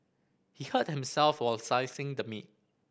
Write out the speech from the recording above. he hurt himself while slicing the meat